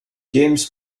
james